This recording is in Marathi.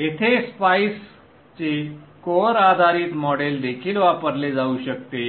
येथे स्पाइसचे कोअर आधारित मॉडेल देखील वापरले जाऊ शकते